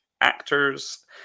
actors